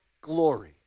glory